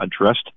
addressed